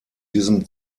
diesem